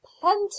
plenty